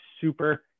super